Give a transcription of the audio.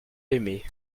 aimé